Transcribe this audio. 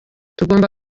tugomba